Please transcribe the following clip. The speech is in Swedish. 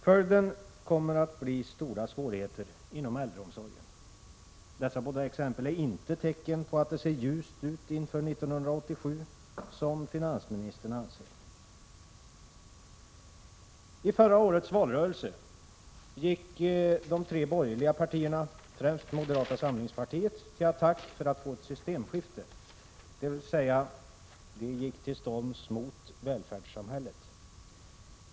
Följden kommer att bli stora svårigheter inom äldreomsorgen. Dessa båda exempel är inte tecken på att det ser ljust ut inför 1987, som finansministern anser. I förra årets valrörelse gick de tre borgerliga partierna, främst moderata samlingspartiet, till attack för att få ett systemskifte, dvs. de gick till storms mot välfärdssamhället.